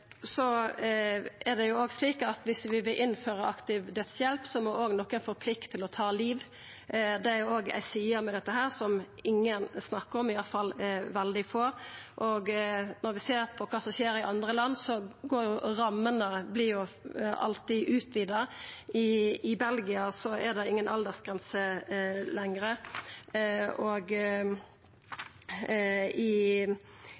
Det er òg slik at viss vi vil innføra aktiv dødshjelp, må nokon òg få plikt til å ta liv. Det er ei side ved dette som ingen snakkar om, i alle fall veldig få. Når vi ser på kva som skjer i andre land, vert jo rammene alltid utvida. I Belgia er det inga aldersgrense lenger, og i